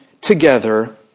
together